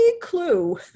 clue